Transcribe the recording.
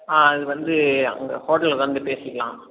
ஆ அது வந்து அங்கே ஹோட்டல்லில் வந்து பேசிக்கலாம்